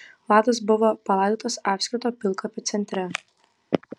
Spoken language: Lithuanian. vadas buvo palaidotas apskrito pilkapio centre